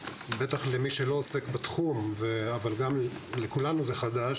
בטח למי שלא עוסק בתחום, אבל גם לכולנו זה חדש